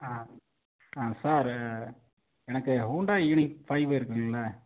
ஆ ஆ சார் எனக்கு Hyundai unique five இருக்குங்கல்லை